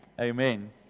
amen